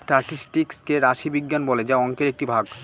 statistics কে রাশি বিজ্ঞান বলে যা অংকের একটি ভাগ